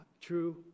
true